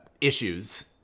issues